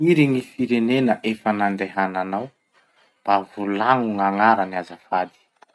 Firy gny firenena efa nandehananao? Mba volagno gn'agnarany azafady.